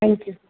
thank you